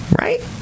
Right